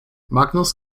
magnus